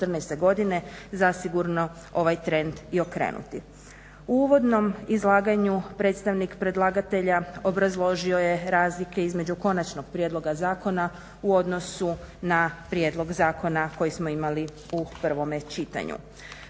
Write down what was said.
U uvodnom izlaganju predstavnik predlagatelja obrazložio je razlike između konačnog prijedloga zakona u odnosu na prijedlog zakona koji smo imali u prvom čitanju.